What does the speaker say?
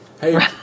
Hey